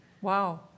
Wow